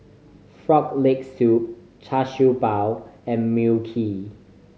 Frog Leg Soup Char Siew Bao and Mui Kee